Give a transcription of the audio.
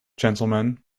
gentlemen